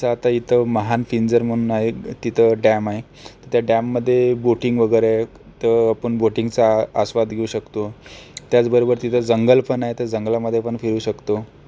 जसं आता इथं महान फिंझर म्हणून आहे तिथं डॅम आहे त्या डॅममध्ये बोटिंग वगैरे तर आपण बोटिंगचा आस्वाद घेऊ शकतो त्याचबरोबर तिथे जंगल पण आहे तर जंगलामध्येपण फिरू शकतो